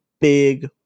big